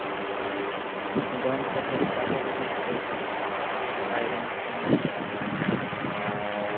ᱫᱚᱱ ᱠᱟᱛᱮ ᱰᱟᱵᱟᱰᱩᱵᱩ ᱠᱟᱛᱮ ᱯᱟᱭᱨᱟᱧ ᱥᱮᱬᱟ ᱟᱠᱟᱫᱟ